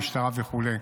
המשטרה וכו'.